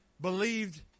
believed